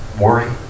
worry